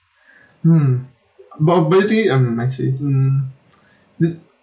mm but ability mm I see mm